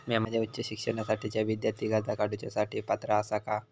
म्या माझ्या उच्च शिक्षणासाठीच्या विद्यार्थी कर्जा काडुच्या साठी पात्र आसा का?